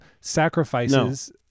sacrifices